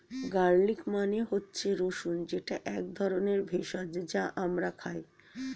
garlic মানে হচ্ছে রসুন যেটা এক ধরনের ভেষজ যা আমরা খাই